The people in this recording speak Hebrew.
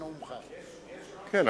כן,